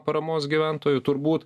paramos gyventojų turbūt